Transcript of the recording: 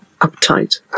Uptight